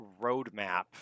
roadmap